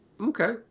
Okay